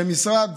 שמשרד